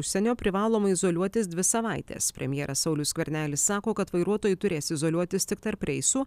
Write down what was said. užsienio privaloma izoliuotis dvi savaites premjeras saulius skvernelis sako kad vairuotojai turės izoliuotis tik tarp reisų